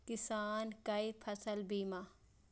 किसान कै फसल बीमा?